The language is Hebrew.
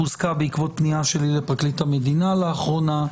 חוזקה בעקבות פנייה שלי לפרקליט המדינה לאחרונה.